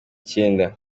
icyenda